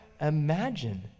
imagine